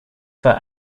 for